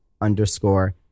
underscore